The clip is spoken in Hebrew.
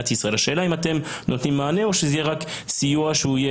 השאלה אם אתם נותנים מענה או שזה יהיה סיוע שהוא יהיה